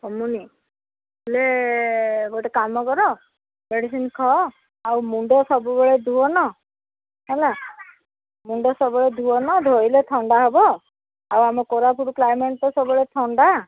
କମୁନି ହେଲେ ଗୋଟେ କାମ କର ମେଡ଼ିସିନ୍ ଖାଅ ଆଉ ମୁଣ୍ଡ ସବୁବେଳେ ଧୁଅନା ହେଲା ମୁଣ୍ଡ ସବୁବେଳେ ଧୁଅନା ଧୋଇଲେ ଥଣ୍ଡା ହବ ଆଉ ଆମ କୋରାପୁଟ କ୍ଳାଇମେଟ୍ ତ ସବୁବେଳେ ଥଣ୍ଡା